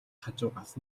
хажуугаас